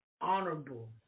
honorable